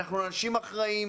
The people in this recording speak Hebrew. אנחנו אנשים אחראיים,